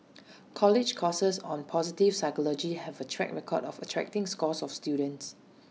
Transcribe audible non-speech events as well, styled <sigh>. <noise> college courses on positive psychology have A track record of attracting scores of students